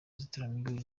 inzitiramibu